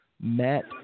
Matt